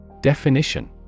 Definition